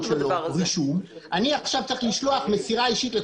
לכולם התרעה ולכולם התרעה במסירה אישית לפי